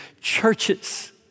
churches